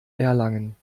erlangen